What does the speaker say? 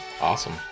Awesome